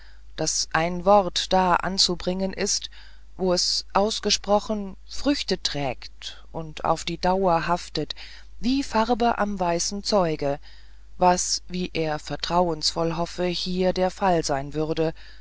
daß ein wort da anzubringen ist wo es ausgesprochen früchte trägt und auf die dauer haftet wie farbe am weißen zeuge was wie er vertrauensvoll hoffe hier der fall sein würde